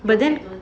but then